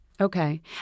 Okay